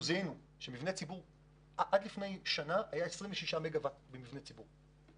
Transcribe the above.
אנחנו זיהינו שעד לפני שנה היו 26 מגה וואט במבני ציבור.